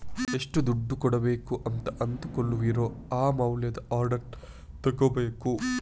ಎಷ್ಟು ದುಡ್ಡು ಕೊಡ್ಬೇಕು ಅಂತ ಅಂದುಕೊಳ್ಳುವಿರೋ ಆ ಮೌಲ್ಯದ ಆರ್ಡರ್ ತಗೋಬೇಕು